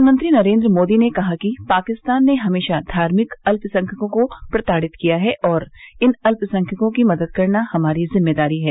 प्रधानमंत्री नरेन्द्र मोदी ने कहा कि पाकिस्तान ने हमेशा धार्मिक अत्यसंख्यकों को प्रताड़ित किया है और इन अत्यसंख्यकों की मदद करना हमारी जिम्मेदारी है